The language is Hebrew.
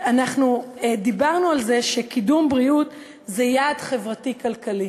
אנחנו דיברנו על זה שקידום בריאות זה יעד חברתי-כלכלי,